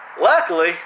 Luckily